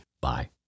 Bye